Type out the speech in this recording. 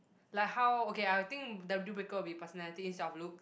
like how okay I will think the deal breaker will be personality instead of looks